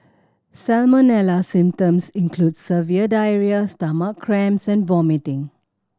salmonella symptoms include severe diarrhoea stomach cramps and vomiting